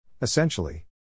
Essentially